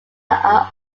are